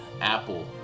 apple